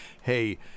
hey